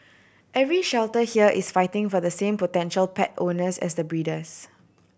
every shelter here is fighting for the same potential pet owners as the breeders